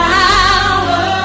power